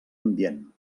ambient